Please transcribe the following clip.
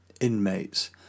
Inmates